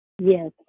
Yes